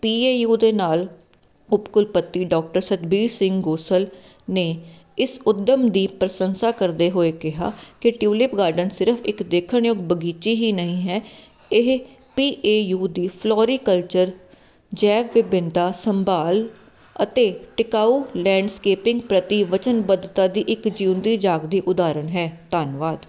P A U ਦੇ ਨਾਲ ਉਪ ਕੁੱਲ ਪੱਤੀ ਡਾਕਟਰ ਸਤਬੀਰ ਸਿੰਘ ਗੋਸਲ ਨੇ ਇਸ ਉੱਦਮ ਦੀ ਪ੍ਰਸ਼ੰਸਾ ਕਰਦੇ ਹੋਏ ਕਿਹਾ ਕਿ ਟਿਉਲਿਪ ਗਾਰਡਨ ਸਿਰਫ ਇੱਕ ਦੇਖਣ ਯੋਗ ਬਗੀਚੀ ਹੀ ਨਹੀਂ ਹੈ ਇਹ ਵੀ ਇਹ ਪੀ ਏ ਯੂ ਦੀ ਫਲੋਰੀਕਲਚਰ ਜੈਵ ਵਿੰਨਤਾ ਸੰਭਾਲ ਅਤੇ ਟਿਕਾਊ ਲੈਂਡਸਕੇਪਿੰਗ ਪ੍ਰਤੀ ਵਚਨਬੱਧਤਾ ਦੀ ਇੱਕ ਜਿਉਂਦੀ ਜਾਗਦੀ ਉਦਾਹਰਨ ਹੈ ਧੰਨਵਾਦ